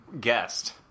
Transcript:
guest